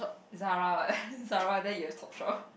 Zara what Zara then you have Topshop